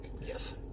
Yes